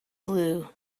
blue